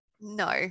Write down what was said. No